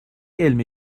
علم